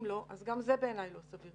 אם לא, אז גם זה בעיניי לא סביר.